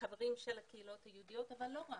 חברים של קהילות היהודיות אבל לא רק.